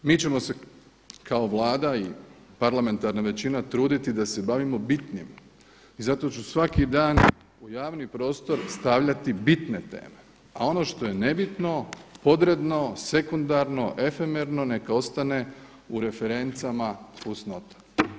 Mi ćemo se kao Vlada i parlamentarna većina truditi da se bavimo bitnim i zato ću svaki dan u javni prostor stavljati bitne teme, a ono što je nebitno, podredno, sekundarno, efemerno neka ostane u referencama fusnota.